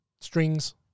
Strings